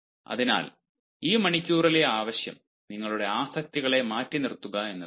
അതിനാൽ ഈ മണിക്കൂറിലെ ആവശ്യം നിങ്ങളുടെ ആസക്തികളെ മാറ്റിനിർത്തുക എന്നതാണ്